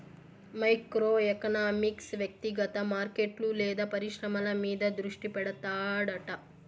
micro economics వ్యక్తిగత మార్కెట్లు లేదా పరిశ్రమల మీద దృష్టి పెడతాడట